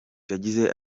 yagize